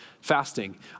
fasting